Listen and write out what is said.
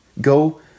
Go